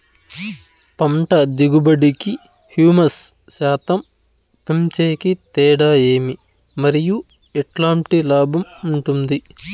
పంట దిగుబడి కి, హ్యూమస్ శాతం పెంచేకి తేడా ఏమి? మరియు ఎట్లాంటి లాభం ఉంటుంది?